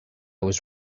was